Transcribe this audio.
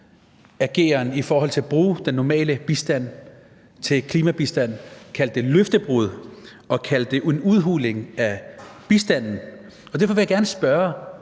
ageren i forhold til at bruge den normale bistand til klimabistand løftebrud og en udhuling af bistanden. Derfor vil jeg gerne spørge